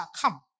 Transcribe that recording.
come